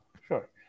sure